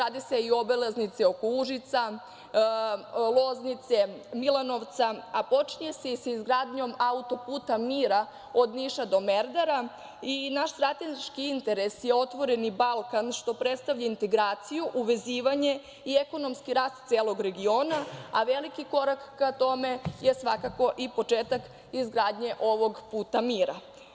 Rade se i obilaznice oko Užica, Loznice, Milanovca, a počinje se i sa izgradnjom „Autoputa mira“ od Niša do Merdara i naš strateški interes je „Otvoreni Balkan“ što predstavlja integraciju, uvezivanje i ekonomski rast celog regiona, a veliki korak ka tome je svakako i početak izgradnje ovog puta mira.